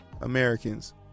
Americans